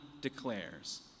declares